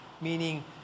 meaning